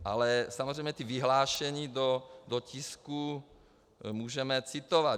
Ale samozřejmě ta vyhlášení do tisku můžeme citovat.